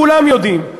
כולם יודעים,